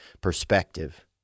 perspective